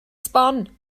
sbon